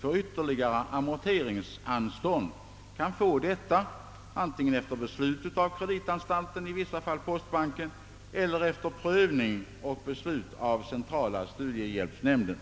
för ytterligare amorteringsanstånd kan få detta, antingen efter beslut av kreditanstalten, i vissa fall postbanken, eller efter prövning och beslut av centrala studiehjälpsnämnden.